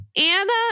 Anna